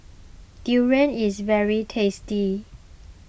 Durian is very tasty